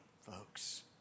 folks